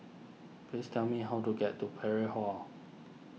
please tell me how to get to Parry Hall